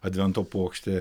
advento puokštė